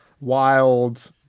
Wild